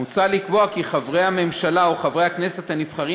מוצע לקבוע כי חברי הממשלה או חברי כנסת הנבחרים